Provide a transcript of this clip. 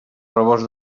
rebost